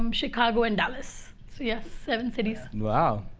um chicago, and dallas. so yes, seven cities wow.